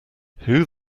who